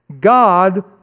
God